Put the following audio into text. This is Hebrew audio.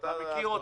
אתה מכיר אותי.